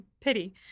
pity